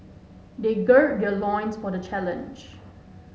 they gird their loins for the challenge